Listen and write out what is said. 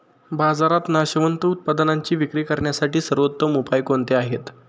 बाजारात नाशवंत उत्पादनांची विक्री करण्यासाठी सर्वोत्तम उपाय कोणते आहेत?